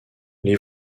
les